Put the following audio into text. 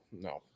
no